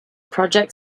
project